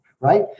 right